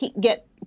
get